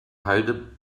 halde